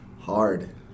Hard